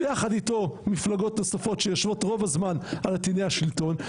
ויחד איתו מפלגות נוספות שיושבות רוב הזמן על עטיני השלטון,